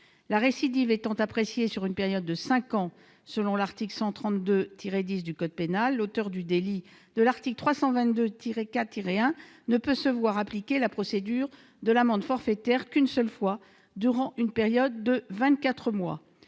La récidive étant appréciée sur une période de cinq ans, selon l'article 132-10 du code pénal, l'auteur du délit prévu à l'article 322-4-1 du même code ne peut se voir appliquer la procédure de l'amende forfaitaire qu'une seule fois durant une période de